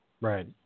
Right